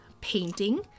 painting